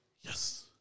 yes